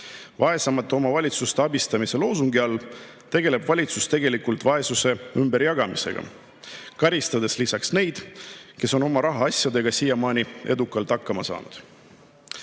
Vaesemate omavalitsuste abistamise loosungi all tegeleb valitsus tegelikult vaesuse ümberjagamisega, karistades lisaks neid, kes on oma rahaasjadega siiamaani edukalt hakkama saanud.